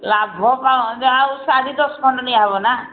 ଲାଭ ପା ଯେ ଆଉ ଶାଢ଼ୀ ଦଶ ଖଣ୍ଡ ନଆ ହବ ନା